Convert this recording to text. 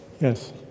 Yes